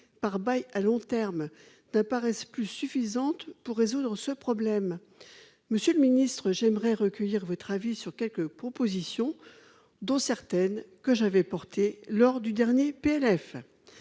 par bail à long terme, n'apparaissent plus suffisantes pour résoudre ce problème. Monsieur le ministre, j'aimerais recueillir votre avis sur quelques propositions- j'ai porté certaines d'entre elles lors de l'examen du